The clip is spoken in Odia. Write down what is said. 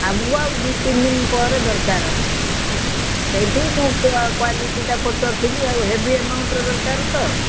ଆମୁୁକୁ ଆଉ ଦୁଇ ତିନି ଦିନ ପରେ ଦରକାର ସେଇଠି ମୁଁ କ୍ଵାଲିଟିଟା ପଚାରୁଥିଲି ଆଉ ହେଭି ଏମାଉଣ୍ଟର ଦରକାର ତ